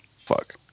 fuck